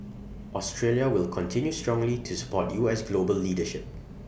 Australia will continue strongly to support U S global leadership